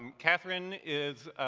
and katherine is,